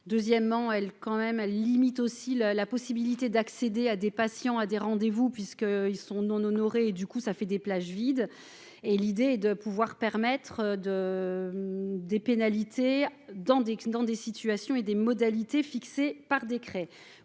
quand même à la limite aussi le, la possibilité d'accéder à des patients à des rendez-vous puisque ils sont non honorées et du coup ça fait des plages vides et l'idée de pouvoir permettre de des pénalités dans des, dans des situations et des modalités fixées par décret,